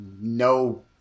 no